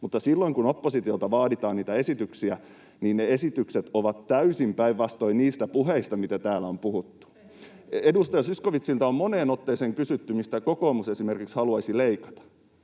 mutta silloin kun oppositiolta vaaditaan niitä esityksiä, ne esitykset ovat täysin päinvastaisia kuin ne puheet, mitä täällä on puhuttu. [Ben Zyskowiczin välihuuto] Edustaja Zyskowiczilta on moneen otteeseen kysytty, mistä kokoomus esimerkiksi haluaisi leikata,